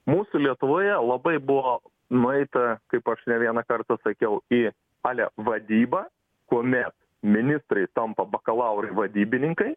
mūsų lietuvoje labai buvo nueita kaip aš ne vieną kartą sakiau į ale vadybą kuomet ministrai tampa bakalaurai vadybininkai